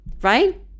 right